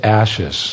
ashes